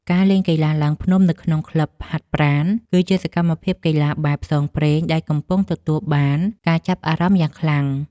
ការលេងកីឡាឡើងភ្នំនៅក្នុងក្លឹបហាត់ប្រាណ គឺជាសកម្មភាពកីឡាបែបផ្សងព្រេងដែលកំពុងទទួលបានការចាប់អារម្មណ៍យ៉ាងខ្លាំង។